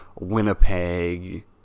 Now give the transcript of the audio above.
Winnipeg